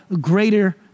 greater